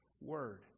word